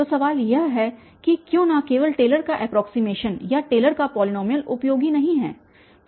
तो सवाल यह है कि क्यों न केवल टेलर का एप्रोक्सीमेशन या टेलर का पॉलीनॉमियल उपयोगी नहीं है